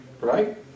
Right